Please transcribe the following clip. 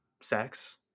sex